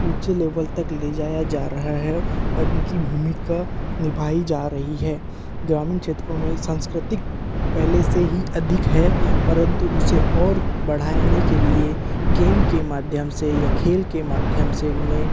उच्च लेवल तक ले जाया जा रहा है और इनकी भूमिका निभाई जा रही है ग्रामीण क्षेत्रों में सांस्कृतिक पहले से ही अधिक है परंतु उसे और बढ़ाने के लिए गेम के माध्यम से या खेल के माध्यम से उन्हें